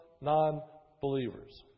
non-believers